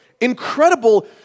incredible